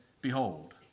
Behold